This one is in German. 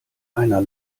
einer